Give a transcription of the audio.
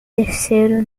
terceiro